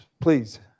please